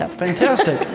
ah fantastic!